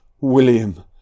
William